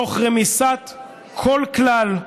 תוך רמיסת כל כלל,